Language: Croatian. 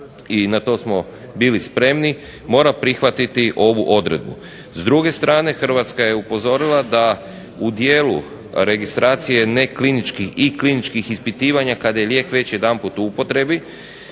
i na to smo bili spremni mora prihvatiti ovu odredbu. s druge strane Hrvatska je upozorila da u dijelu registracije ne kliničkih i kliničkih ispitivanja kada je lijek već jedanput u upotrebi